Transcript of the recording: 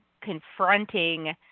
confronting